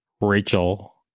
Rachel